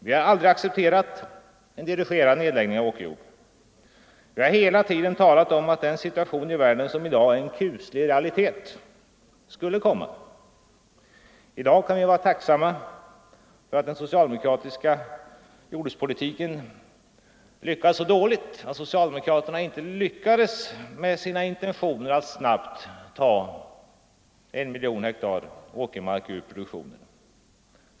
Vi har aldrig accepterat en dirigerad nedläggning av åkerjord. Vi har hela tiden talat om att den situation i världen, som i dag är en kuslig realitet, skulle komma. I dag kan vi vara tacksamma för att socialdemokraterna lyckades så dåligt att fullfölja sina intentioner att snabbt ta 1 miljon hektar åkerjord ur produktionen.